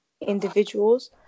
individuals